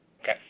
Okay